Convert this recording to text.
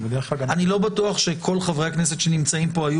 אני לא בטוח שכל חברי הכנסת שנמצאים פה היו